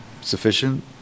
sufficient